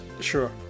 Sure